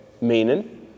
meaning